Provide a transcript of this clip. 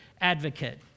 advocate